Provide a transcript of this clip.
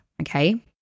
Okay